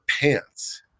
pants